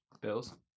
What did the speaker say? Bills